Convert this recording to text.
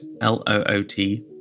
L-O-O-T